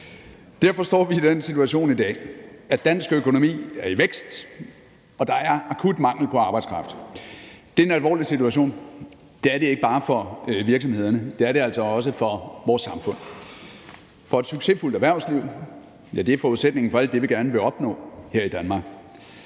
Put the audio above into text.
Derfor står vi i den situation i dag, at dansk økonomi er i vækst, og der er akut mangel på arbejdskraft. Det er en alvorlig situation. Det er det ikke bare for virksomhederne, det er det altså også for vores samfund. For et succesfuldt erhvervsliv er forudsætningen for alt det, vi gerne vil opnå her i Danmark.